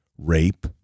Rape